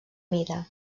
mida